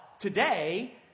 today